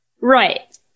Right